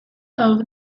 over